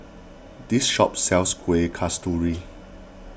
this shop sells Kueh Kasturi